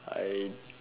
I